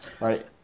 right